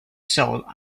soul